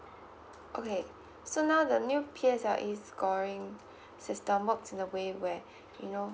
okay so now the new P_S_L_E scoring system works in a way where you know